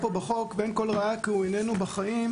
כאן בחוק ואין כל ראיה כי הוא איננו בחיים,